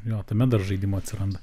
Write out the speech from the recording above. jo tame dar žaidimo atsiranda